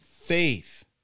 faith